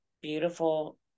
beautiful